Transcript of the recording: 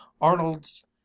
arnold's